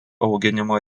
auginimo